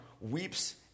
weeps